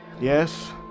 Yes